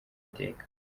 iteka